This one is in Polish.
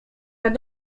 nim